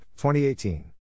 2018